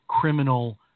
criminal